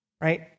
Right